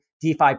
DeFi